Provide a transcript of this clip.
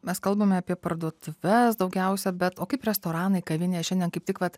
mes kalbame apie parduotuves daugiausia bet o kaip restoranai kavinės šiandien kaip tik vat